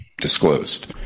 Disclosed